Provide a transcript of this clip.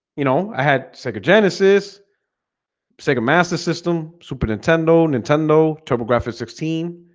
you know, i had sega genesis sega master system super nintendo nintendo turbografx sixteen